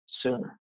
sooner